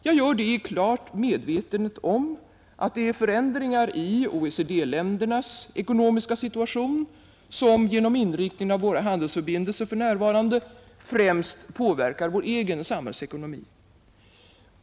Jag gör det i klar medvetenhet om att det är förändringar i OECD-ländernas ekonomiska situation som genom inriktningen av våra handelsförbindelser f.n. främst påverkar vår egen samhällsekonomi.